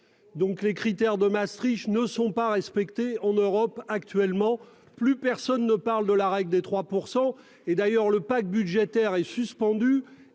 Donc les critères de Maastricht, ne sont pas respectés en Europe actuellement. Plus personne ne parle de la règle des 3% et d'ailleurs le pacte budgétaire est suspendu